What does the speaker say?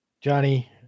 Johnny